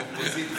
לא.